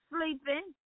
Sleeping